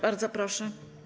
Bardzo proszę.